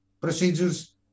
procedures